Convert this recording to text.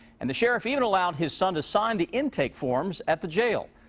and the sheriff even allowed his son to sign the intake forms at the jail.